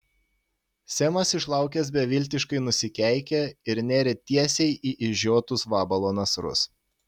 semas išlaukęs beviltiškai nusikeikė ir nėrė tiesiai į išžiotus vabalo nasrus